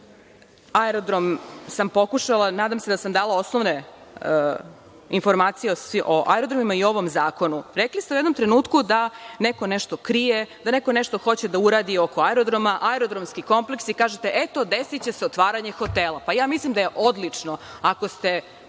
aerodrom sam pokušala, nadam se dala osnovne informacije o aerodromima i ovom zakonu. Rekli ste u jednom trenutku da neko nešto krije, da neko nešto hoće da uradi oko aerodroma, aerodromski kompleksi i kažete eto, desiće se otvaranje hotela. Mislim da je odlično. Ako ste